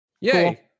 Yay